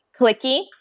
clicky